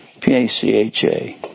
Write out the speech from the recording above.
P-A-C-H-A